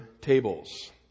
tables